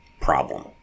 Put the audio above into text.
problem